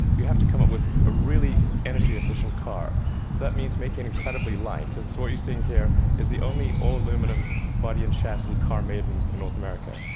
you have to come up with a really energy efficient car, so that means making it incredibly light, and so what you're seeing here is the only all-aluminum body and chassis car made and in north america.